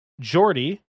Jordy